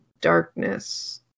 darkness